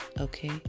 Okay